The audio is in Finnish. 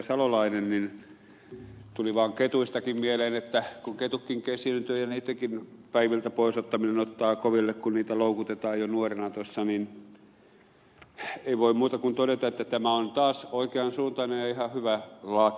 salolainen niin tuli vaan ketuistakin mieleen että kun ketutkin kesyyntyvät ja niittenkin päiviltä pois ottaminen ottaa koville kun niitä loukutetaan jo nuorena niin ei voi muuta kuin todeta että tämä on taas oikean suuntainen ja ihan hyvä laki